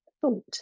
thought